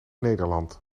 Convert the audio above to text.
nederland